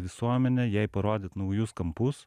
visuomenę jai parodyt naujus kampus